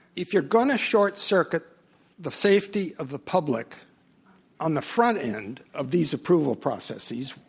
if you're going to short circuit the safety of the public on the front end of these approval processes,